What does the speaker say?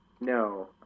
No